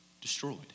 destroyed